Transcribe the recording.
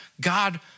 God